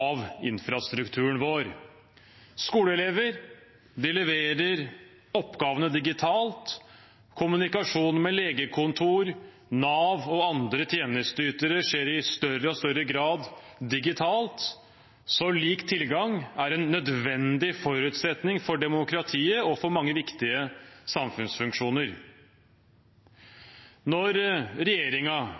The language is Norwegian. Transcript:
av infrastrukturen vår. Skoleelever leverer oppgavene digitalt. Kommunikasjon med legekontor, Nav og andre tjenesteytere skjer i større og større grad digitalt. Så lik tilgang er en nødvendig forutsetning for demokratiet og for mange viktige samfunnsfunksjoner. Når